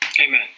Amen